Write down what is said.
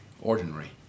ordinary